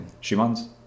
Schumann's